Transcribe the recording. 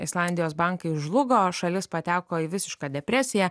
islandijos bankai žlugo šalis pateko į visišką depresiją